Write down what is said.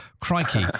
Crikey